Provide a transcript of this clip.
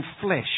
flesh